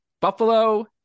Buffalo